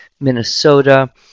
Minnesota